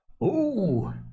Oh